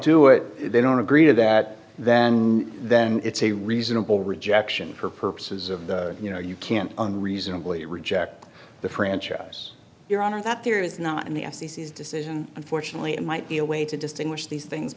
do it they don't agree to that then then it's a reasonable rejection for purposes of the you know you can't reasonably reject the franchise your honor that there is not and the f c c is decision unfortunately it might be a way to distinguish these things